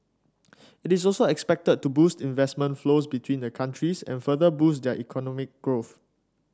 it is also expected to boost investment flows between the countries and further boost their economic growth